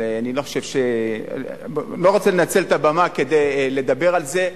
אני לא רוצה לנצל את הבמה כדי לדבר על זה.